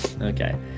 okay